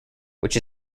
which